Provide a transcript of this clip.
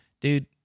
dude